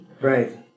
Right